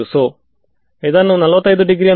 so scatter ಆಯಿತೇ ನನಗೆ ಇದೇ ಬೇಕಾಗಿತ್ತು